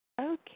Okay